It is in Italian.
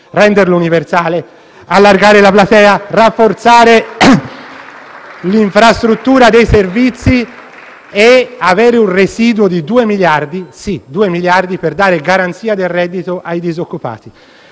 dal Gruppo PD)*, allargare la platea, rafforzare l'infrastruttura dei servizi e avere un residuo di 2 miliardi di euro, per dare garanzia del reddito ai disoccupati.